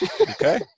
Okay